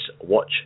watch